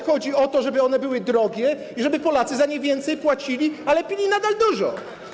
Chodzi o to, żeby one były drogie i żeby Polacy za nie więcej płacili, ale pili nadal dużo.